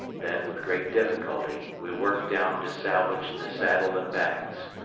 then with great difficulty we worked down to salvage the saddle and bags.